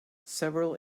several